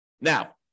Now